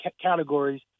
categories